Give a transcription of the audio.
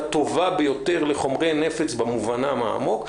הטובה ביותר לחומרי נפץ במובנם העמוק.